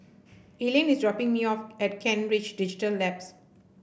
Elayne is dropping me off at Kent Ridge Digital Labs